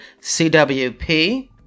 CWP